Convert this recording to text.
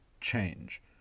change